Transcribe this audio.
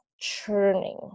churning